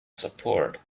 support